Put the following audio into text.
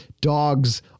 dogs